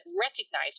recognize